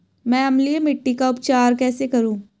मैं अम्लीय मिट्टी का उपचार कैसे करूं?